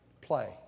Play